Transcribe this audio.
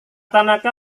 tanaka